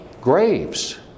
graves